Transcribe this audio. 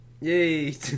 Yay